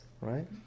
right